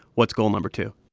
what's goal number two?